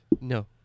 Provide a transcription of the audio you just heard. No